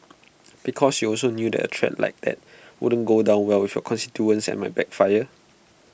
because you also knew that A threat like that wouldn't go down well with your constituents and might backfire